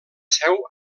seu